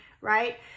right